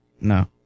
No